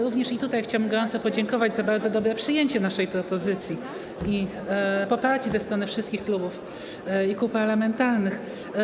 Również tutaj chciałbym gorąco podziękować za bardzo dobre przyjęcie naszej propozycji i poparcie ze strony wszystkich klubów i kół parlamentarnych.